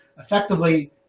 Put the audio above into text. effectively